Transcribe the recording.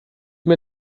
mir